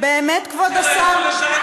באמת, כבוד השר?